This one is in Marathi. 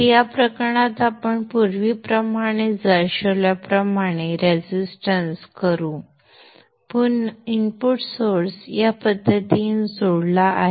या प्रकरणात आपण पूर्वीप्रमाणेच दर्शविल्याप्रमाणे रेजिस्टन्स करू इनपुट सोर्स या पद्धतीने जोडलेला आहे